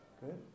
Good